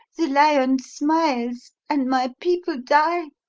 the lion smiles, and my people die!